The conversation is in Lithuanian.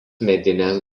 medinės